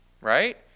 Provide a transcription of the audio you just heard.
Right